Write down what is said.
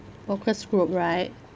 focus group right